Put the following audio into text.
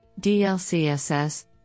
DLCSS